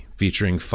featuring